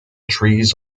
trees